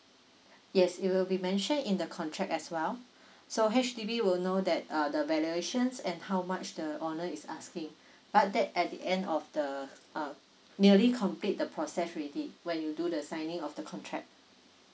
yes you will be mention in the contract as well so H_D_B will know that err the valuations and how much the owner is asking but that at the end of the uh nearly complete the process ready when you do the signing of the contract